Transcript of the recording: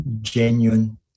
genuine